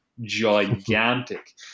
gigantic